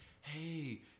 hey